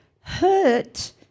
hurt